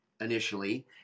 initially